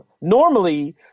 normally